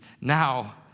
now